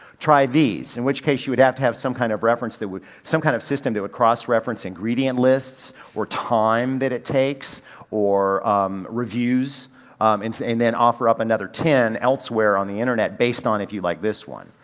try these, in which case you would have to have some kind of reference that would, some kind of system that would cross reference ingredient lists or time that it takes or um reviews and then offer up another ten elsewhere on the internet based on if you like this one.